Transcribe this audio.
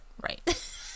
right